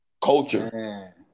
culture